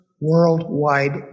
worldwide